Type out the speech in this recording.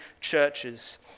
churches